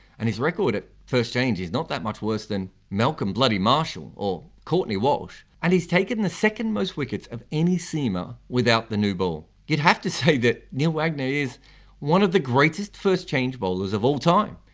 and his record at first change is not that much worse than malcolm bloody marshall or courtney walsh, and he's taken the second most wickets of any seamer without the new ball, you'd have to say that neil wagner is one of the greatest first change bowlers of all time.